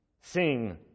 Sing